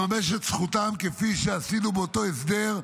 לממש את זכותם כפי שעשינו באותו הסדר,